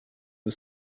the